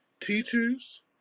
teachers